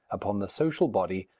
upon the social body,